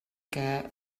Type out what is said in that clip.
que